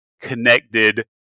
connected